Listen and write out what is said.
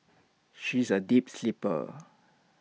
she is A deep sleeper